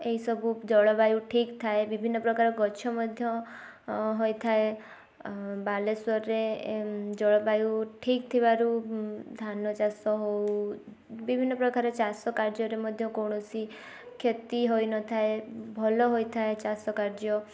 ଏଇ ସବୁ ଜଳବାୟୁ ଠିକ୍ ଥାଏ ବିଭିନ୍ନ ପ୍ରକାର ଗଛ ମଧ୍ୟ ହୋଇଥାଏ ବାଲେଶ୍ୱରରେ ଜଳବାୟୁ ଠିକ୍ ଥିବାରୁ ଧାନ ଚାଷ ହଉ ବିଭିନ୍ନ ପ୍ରକାର ଚାଷ କାର୍ଯ୍ୟରେ ମଧ୍ୟ କୌଣସି କ୍ଷତି ହୋଇ ନଥାଏ ଭଲ ହୋଇଥାଏ ଚାଷ କାର୍ଯ୍ୟ